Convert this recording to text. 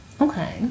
Okay